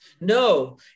No